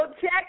check